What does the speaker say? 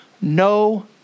no